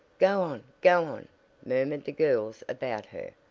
go on! go on! murmured the girls about her.